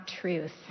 truth